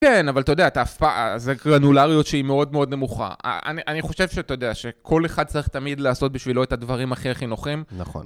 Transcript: כן, אבל אתה יודע, אתה אף פע.. זה גרנולריות שהיא מאוד מאוד נמוכה. אני חושב שאתה יודע שכל אחד צריך תמיד לעשות בשבילו את הדברים הכי הכי נוחים. נכון.